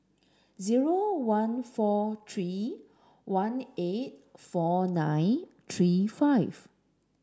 zero one four three one eight four nine three five